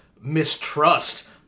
mistrust